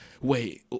Wait